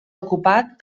ocupat